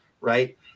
Right